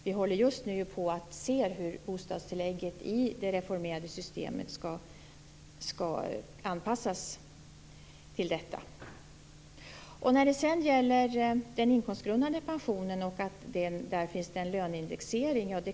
Vi håller just nu på att se över hur bostadstillägget i det reformerade systemet skall anpassas till detta. Sedan gällde det den inkomstgrundade pensionen och att det där finns en löneindexering.